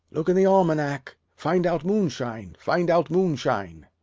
look in the almanack find out moonshine, find out moonshine.